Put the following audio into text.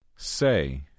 Say